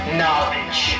knowledge